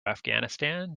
afghanistan